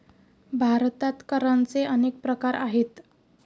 भारतात करांचे अनेक प्रकार आहेत